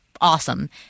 awesome